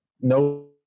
no